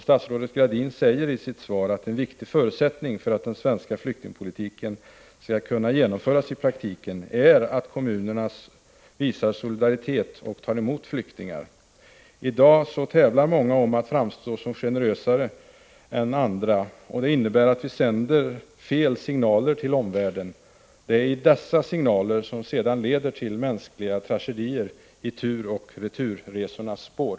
Statsrådet Gradin säger också i sitt svar att en viktig förutsättning för att den svenska flyktingpolitiken skall kunna genomföras i praktiken är att kommunerna visar solidaritet och tar emot flyktingar. I dag tävlar många om att framstå som generösare än andra. Det innebär att vi sänder ut felaktiga signaler till omvärlden. Det är dessa signaler som sedan leder till mänskliga tragedier i turoch returresornas spår.